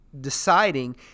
deciding